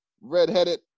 Redheaded